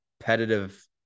competitive